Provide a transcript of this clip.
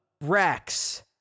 rex